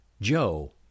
Joe